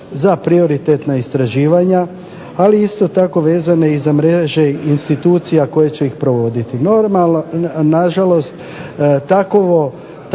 za prioritetna istraživanja, ali isto tako vezani i za mreže institucija koje će ih provoditi.